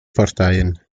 parteien